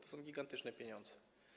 To są gigantyczne pieniądze.